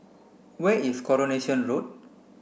where is Coronation Road